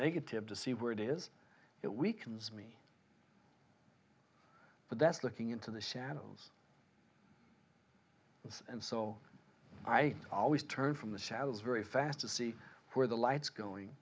negative to see where it is it weakens me but that's looking into the shadows and and so i always turn from the shadows very fast to see where the lights going